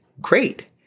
great